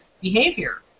behavior